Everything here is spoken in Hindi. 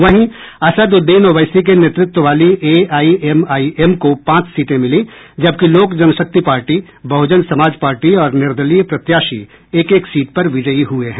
वहीं असदउद्दीन ओवैसी के नेतृत्व वाली एआईएमआईएम को पांच सीटें मिली जबकि लोक जनशक्ति पार्टी बहुजन समाज पार्टी और निर्दलीय प्रत्याशी एक एक सीट पर विजयी हुए हैं